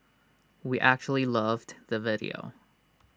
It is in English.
we actually loved the video